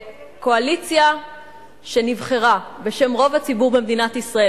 כשקואליציה שנבחרה בשם רוב הציבור במדינת ישראל